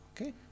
okay